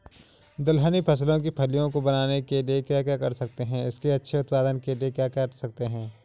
दलहनी फसलों की फलियों को बनने के लिए क्या कर सकते हैं इसके अच्छे उत्पादन के लिए क्या कर सकते हैं?